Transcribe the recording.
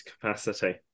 capacity